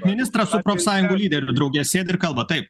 ministras su profsąjungų lyderiu drauge sėdi ir kalba taip